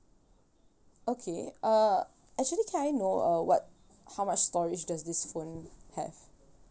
okay uh actually can I know uh what how much storage does this phone have